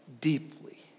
deeply